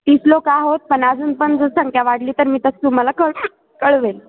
तीस लोक आहोत पण अजून पण जर संख्या वाढली तर मी तसं तुम्हाला कळ कळवेन